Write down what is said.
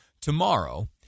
Tomorrow